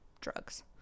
drugs